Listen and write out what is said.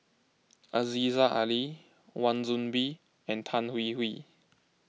Aziza Ali Wan Soon Bee and Tan Hwee Hwee